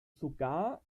sogar